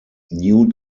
new